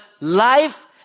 life